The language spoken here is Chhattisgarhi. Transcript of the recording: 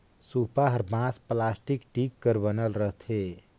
सूपा हर बांस, पलास्टिक, टीग कर बनल रहथे